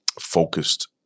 focused